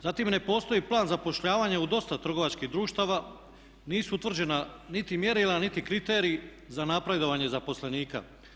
Zatim ne postoji plan zapošljavanja u dosta trgovačkih društava, nisu utvrđena niti mjerila, niti kriteriji za napredovanje zaposlenika.